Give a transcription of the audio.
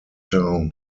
town